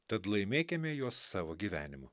tad laimėkime juos savo gyvenimu